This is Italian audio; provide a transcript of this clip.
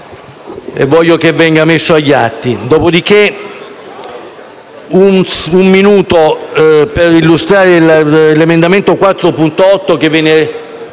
e voglio che venga messo agli atti. Chiedo un minuto per illustrare l'emendamento 4.8 che riguarda